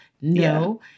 No